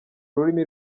rurimi